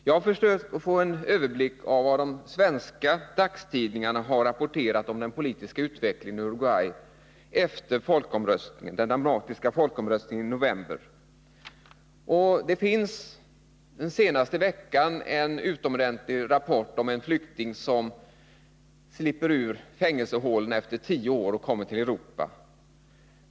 Jag har försökt att få en överblick över vad de svenska dagstidningarna har rapporterat om den politiska utvecklingen i Uruguay efter den dramatiska folkomröstningen i november. Den senaste veckan finns det en utomordentlig rapport om en flykting som slipper ut ur fängelsehålorna efter tio år och kommer till Europa.